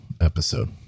episode